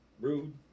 rude